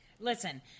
Listen